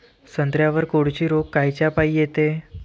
संत्र्यावर कोळशी रोग कायच्यापाई येते?